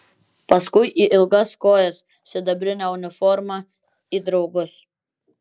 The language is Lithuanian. paskui į ilgas kojas sidabrinę uniformą į draugus